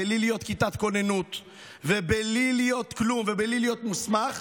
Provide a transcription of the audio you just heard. בלי להיות כיתת כוננות ובלי להיות כלום ובלי להיות מוסמך,